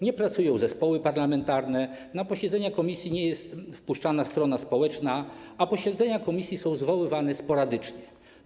Nie pracują zespoły parlamentarne, na posiedzenia komisji nie jest wpuszczana strona społeczna, a same posiedzenia komisji są zwoływane sporadycznie.